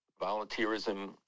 volunteerism